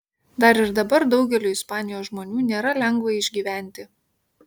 dar ir dabar daugeliui ispanijos žmonių nėra lengva išgyventi